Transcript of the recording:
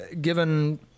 given